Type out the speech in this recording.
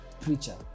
preacher